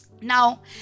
now